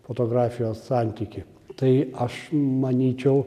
fotografijos santykį tai aš manyčiau